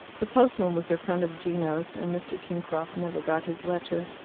the postman was a friend of gino's, and mr. kingcroft never got his letter.